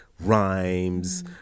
rhymes